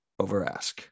overask